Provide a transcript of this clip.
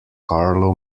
carlo